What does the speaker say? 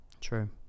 True